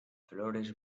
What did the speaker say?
flores